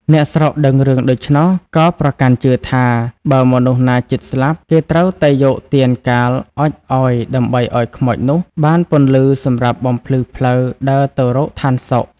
អ្នកស្រុកដឹងរឿងដូច្នោះ ក៏ប្រកាន់ជឿថា "បើមនុស្សណាជិតស្លាប់ គេត្រូវតែយកទានកាលអុជឲ្យ ដើម្បីឲ្យខ្មោចនោះបានពន្លឺសម្រាប់បំភ្លឺផ្លូវដើរទៅរកឋានសុខ" ។